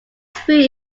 food